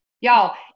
Y'all